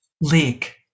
leak